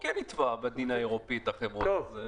הוא כן יתבע בדין האירופאי את החברות.